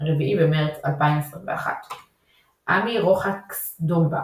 04 במרץ 2021 עמי רוחקס דומבה,